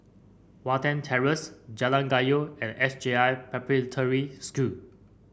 Watten Terrace Jalan Kayu and S J I Preparatory